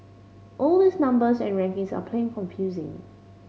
all these numbers and rankings are plain confusing